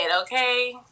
okay